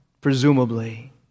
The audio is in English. presumably